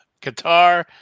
qatar